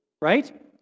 right